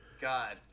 God